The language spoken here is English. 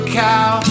cow